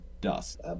dust